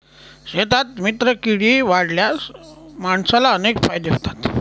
शेतात मित्रकीडी वाढवल्यास माणसाला अनेक फायदे होतात